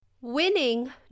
winning